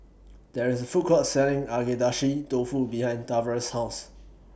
There IS A Food Court Selling Agedashi Dofu behind Tavares' House